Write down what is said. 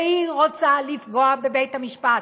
והיא רוצה לפגוע בבית-המשפט,